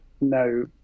no